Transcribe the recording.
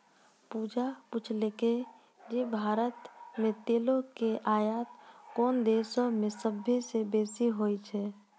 पूजा पुछलकै जे भारत मे तेलो के आयात कोन देशो से सभ्भे से बेसी होय छै?